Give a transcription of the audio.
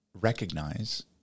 recognize